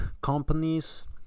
companies